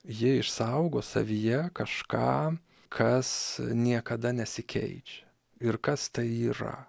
ji išsaugo savyje kažką kas niekada nesikeičia ir kas tai yra